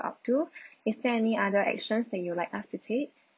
up to is there any other action that you would like us to take